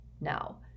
Now